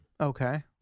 Okay